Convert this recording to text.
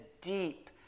deep